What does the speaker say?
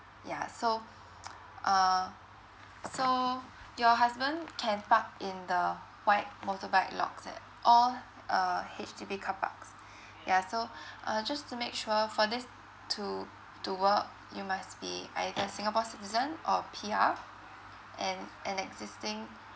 yeah so uh so your husband can park in the white motorbike lots at all uh H_D_B car parks ya so uh just to make sure for this to to work you must be either singapore citizen or P_R and an existing